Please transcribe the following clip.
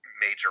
Major